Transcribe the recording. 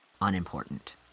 unimportant